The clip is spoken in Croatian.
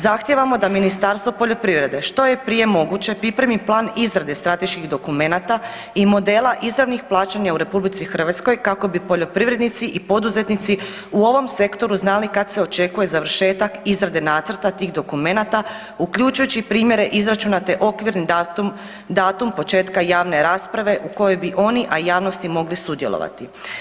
Zahtijevamo da Ministarstvo poljoprivrede što je prije moguće pripremi plan izrade strateških dokumenata i modela izravnih plaćanja u RH kako bi poljoprivrednici i poduzetnici u ovom sektoru znali kad se očekuje završetak izrade nacrta tih dokumenata uključujući i primjere izračunate okvirni datum, datum početka javne rasprave u kojoj bi oni, a i javnosti mogli sudjelovati.